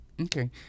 Okay